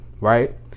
right